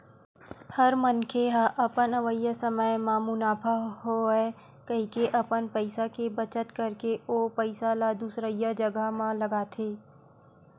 हर मनखे ह अपन अवइया समे म मुनाफा होवय कहिके अपन पइसा के बचत करके ओ पइसा ल दुसरइया जघा म लगाथे